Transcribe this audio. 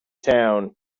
town